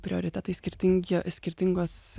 prioritetai skirtingi skirtingos